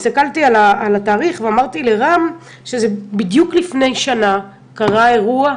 הסתכלתי על התאריך ואמרתי לרם שבדיוק לפני שנה קרה האירוע,